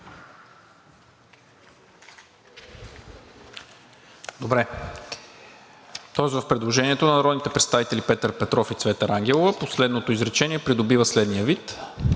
МИНЧЕВ: В предложението на народните представители Петър Петров и Цвета Рангелова последното изречение придобива следния вид: